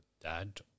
dad